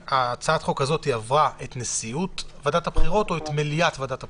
הצעת החוק הזאת עברה את נשיאות ועדת הבחירות או את מליאת ועדת הבחירות?